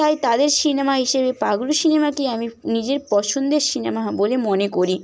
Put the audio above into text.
তাই তাদের সিনেমা হিসেবে পাগলু সিনেমাকেই আমি নিজের পছন্দের সিনেমা বলে মনে করি